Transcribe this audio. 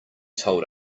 told